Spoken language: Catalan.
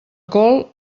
col